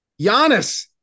Giannis